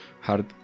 hard